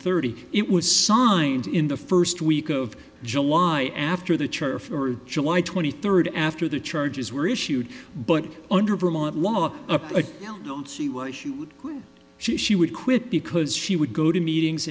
thirty it was signed in the first week of july after the church for july twenty third after the charges were issued but under vermont law a don't see why she would she she would quit because she would go to meetings